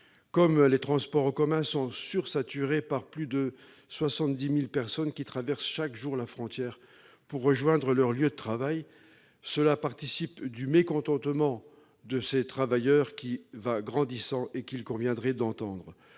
comme les transports en commun sont sursaturés par plus de 70 000 personnes qui traversent chaque jour la frontière pour rejoindre leur lieu de travail. Cela participe du mécontentement de ces travailleurs, qui va grandissant et qu'il conviendrait d'entendre.